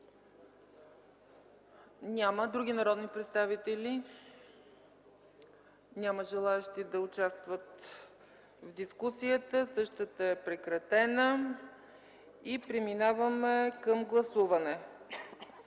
Няма. Други народни представители? Няма желаещи да участват в дискусията. Същата е прекратена и преминаваме към гласуване.